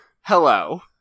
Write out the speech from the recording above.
Hello